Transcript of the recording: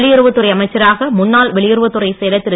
வெளியுறவுத்துறை அமைச்சராக முன்னாள் வெளியுறவுத்துறை செயலர் திரு